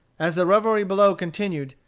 as the revelry below continued,